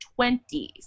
20s